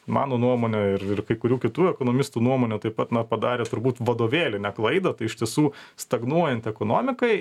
mano nuomone ir ir kai kurių kitų ekonomistų nuomone taip pat na padarė turbūt vadovėlinę klaidą tai iš tiesų stagnuojant ekonomikai